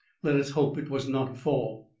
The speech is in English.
let us hope it was not a fall.